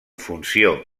funció